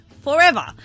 forever